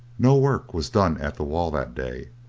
no work was done at the wall that day,